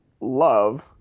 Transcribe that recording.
love